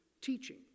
teaching